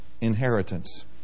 inheritance